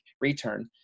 return